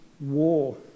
war